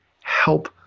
help